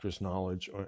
knowledge